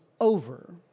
over